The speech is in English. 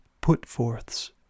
put-forths